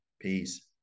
Peace